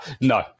No